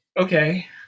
okay